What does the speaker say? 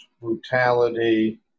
brutality